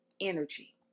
energy